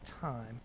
time